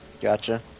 Gotcha